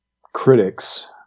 critics